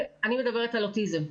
אני מדברת על אוטיזם.